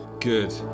Good